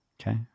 okay